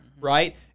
Right